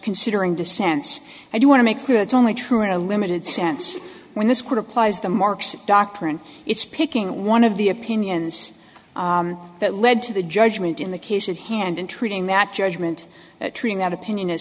considering dissents i do want to make clear that's only true in a limited sense when this court applies the mercs doctrine it's picking one of the opinions that lead to the judgement in the case at hand and treating that judgment treating that opinion as